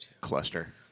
cluster